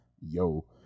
yo